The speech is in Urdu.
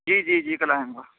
جی جی جی کل آ جاؤں گا